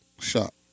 shot